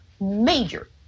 major